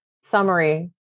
summary